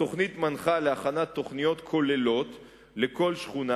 התוכנית מנחה להכנת תוכניות כוללות לכל שכונה